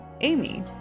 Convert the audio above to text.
Amy